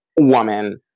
woman